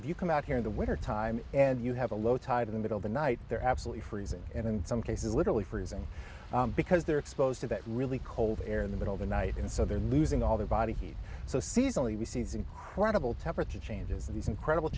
if you come out here in the winter time and you have a low tide in the middle of the night they're absolutely freezing and in some cases literally freezing because they're exposed to that really cold air in the middle of the night and so they're losing all their body heat so seasonally receives incredible temperature changes in these incredible